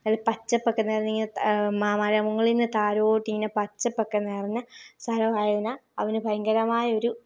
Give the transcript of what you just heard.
ഒരു പച്ചപ്പൊക്കെ നിറഞ്ഞ് ഇങ്ങനെ മലമുകളിൽ നിന്ന് താഴോട്ട് ഇങ്ങനെ പച്ചപ്പൊക്കെ നിറഞ്ഞ സ്ഥലമായതിനാൽ അവനു ഭയങ്കരമായൊരു